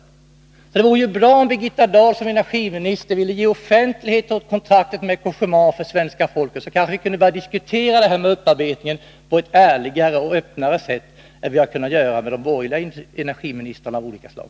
Det vore därför bra om Birgitta Dahl som energiminister ville ge offentlighet åt kontraktet med Cogéma, så att vi kanske kunde börja diskutera detta med upparbetning på ett ärligare och öppnare sätt än vi har kunnat göra med de borgerliga energiministrarna av olika slag.